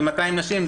ב-200 נשים,